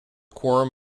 quorum